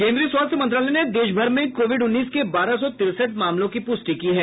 केन्द्रीय स्वास्थ्य मंत्रालय ने देशभर में कोविड उन्नीस के बारह सौ तिरसठ मामलों की पूष्टि की है